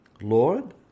Lord